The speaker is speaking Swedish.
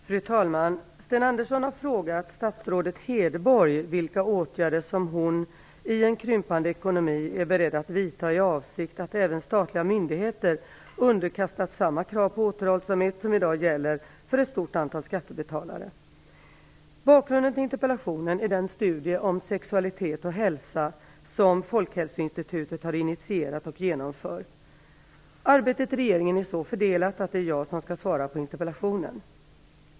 Fru talman! Sten Andersson har frågat statsrådet Hedborg vilka åtgärder som hon, i en krympande ekonomi, är beredd att vidta i avsikt att även statliga myndigheter underkastas samma krav på återhållsamhet som i dag gäller för ett stort antal skattebetalare. Bakgrunden till interpellationen är den studie om sexualitet och hälsa som Folkhälsoinstitutet har initierat och genomför. Arbetet i regeringen är så fördelat att det är jag som skall svara på interpellationen.